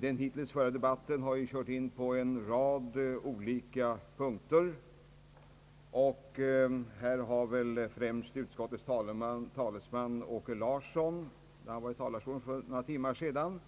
Den hittills förda debatten har berört en rad olika punkter, och främst utskottets talesman, herr Åke Larsson, har för några timmar sedan i talarstolen